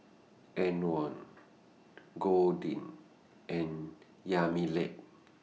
Antwon Goldie and Yamilet